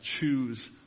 Choose